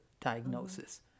diagnosis